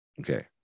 Okay